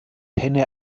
henne